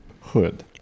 hood